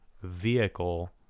Vehicle